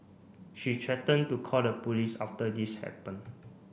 she threatened to call the police after this happened